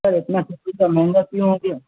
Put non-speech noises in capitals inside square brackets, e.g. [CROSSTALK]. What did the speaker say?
سر اتنا [UNINTELLIGIBLE] مہنگا کیوں ہو گیا